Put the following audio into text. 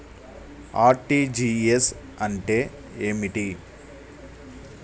RTGS అంటే ఏమిటి?